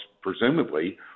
presumably